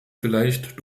vielleicht